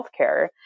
healthcare